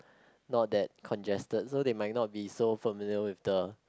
not that congested so they might not be so familiar with the